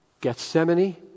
Gethsemane